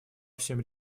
всем